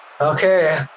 Okay